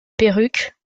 perruque